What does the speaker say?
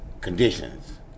conditions